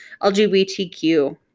LGBTQ